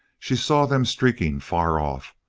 she saw them streaking far off,